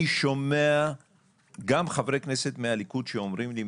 אני שומע גם חברי כנסת מהליכוד שאומרים לי,